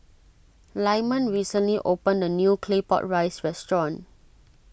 Lyman recently opened a new Claypot Rice restaurant